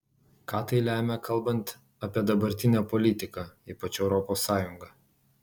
ką tai lemia kalbant apie dabartinę politiką ypač europos sąjungą